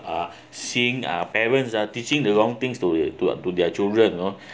uh seeing uh parents uh teaching the wrong things to uh to their to their children you know